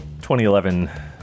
2011